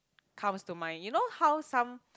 comes to mind you know how some